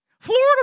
Florida